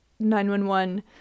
911